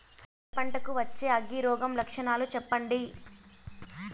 వరి పంట కు వచ్చే అగ్గి రోగం లక్షణాలు చెప్పండి?